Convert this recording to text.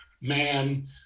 man